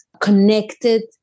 connected